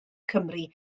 cymru